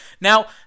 Now